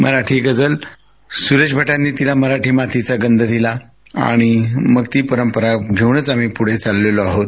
मराठी गझल सुरेश भटांनी तिला मराठी मातीचा गंध दिला आणि ती पंरंपरा घेउनच आम्ही पुढे चाललेलो आहोत